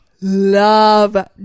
love